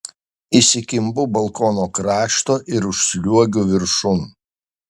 įsikimbu balkono krašto ir užsliuogiu viršun